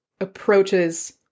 approaches